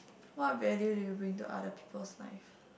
what values do you bring to other people's life